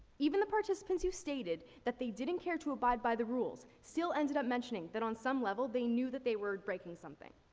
even the participants who stated that they didn't care to abide by the rules, still ended up mentioning that on some level they knew that they were breaking something.